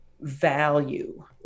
value